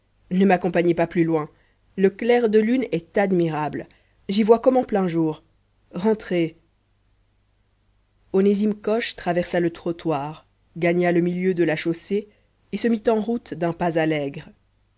ne m'accompagnez pas plus loin le clair de lune est admirable j'y vois comme en plein jour rentrez onésime coche traversa le trottoir gagna le milieu de la chaussée et se mit en route d'un pas allègre